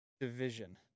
Division